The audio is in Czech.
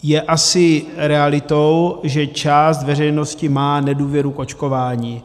Je asi realitou, že část veřejnosti má nedůvěru k očkování.